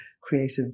creative